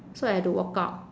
so I had to walk out